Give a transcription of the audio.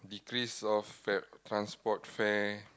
decrease of fare transport fare